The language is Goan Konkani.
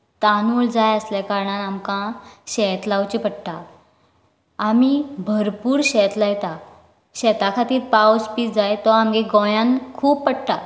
तांदूळ जाय आसले कारणान आमकां शेत लावचे पडटा आमी भरपूर शेत लायता शेता खातीर पावस बी जाय तो आमचे गोंयांत खूब पडटा